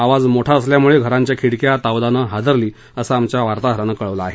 आवाज मोठा असल्यामुळे घरांच्या खिडक्या तावदानं हादरली असल्याचं आमच्या वार्ताहरानं कळवलं आहे